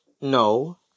no